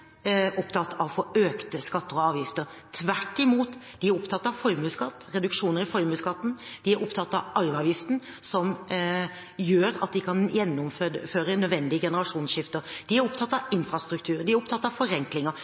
opptatt av å få økte skatter og avgifter. Tvert imot, de er opptatt av formuesskatt, reduksjoner i formuesskatten, de er opptatt av en arveavgift som gjør at de kan gjennomføre nødvendige generasjonsskifter, de er opptatt av infrastruktur, de er opptatt av forenklinger